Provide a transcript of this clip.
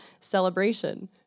Celebration